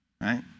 right